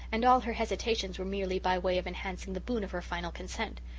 and all her hesitations were merely by way of enhancing the boon of her final consent.